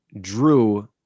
Drew